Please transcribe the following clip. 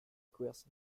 cuers